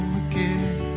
again